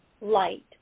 light